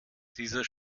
dieser